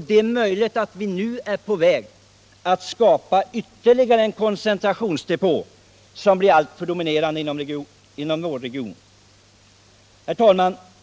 Det är möjligt att vi nu är på väg att skapa ytterligare en koncentrationsdepå som blir alltför dominerande inom regionen.